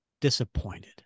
disappointed